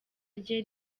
rye